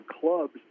clubs